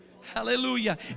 hallelujah